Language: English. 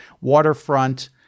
Waterfront